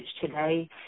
today